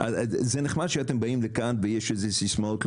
זה נחמד שאתם באים לכאן ויש איזה סיסמאות.